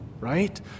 right